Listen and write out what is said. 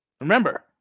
Remember